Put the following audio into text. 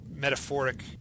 metaphoric